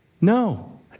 No